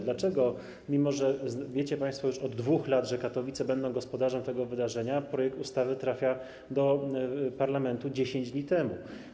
Dlaczego, mimo że wiecie państwo już od 2 lat, że Katowice będą gospodarzem tego wydarzenia, projekt ustawy trafił do parlamentu 10 dni temu?